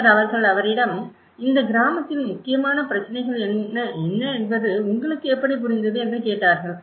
பின்னர் அவர்கள் அவரிடம் இந்த கிராமத்தில் முக்கியமான பிரச்சினைகள் என்ன என்பது உங்களுக்கு எப்படி புரிந்தது என்று கேட்டார்கள்